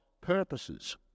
purposes